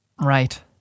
Right